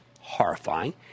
horrifying